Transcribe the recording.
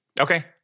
Okay